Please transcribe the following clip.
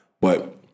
But-